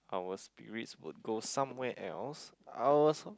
our spirit will go somewhere ours so